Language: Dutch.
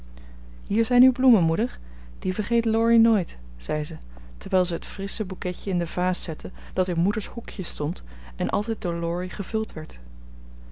hier zijn uw bloemen moeder die vergeet laurie nooit zei ze terwijl ze het frissche bouquetje in de vaas zette dat in moedershoekje stond en altijd door laurie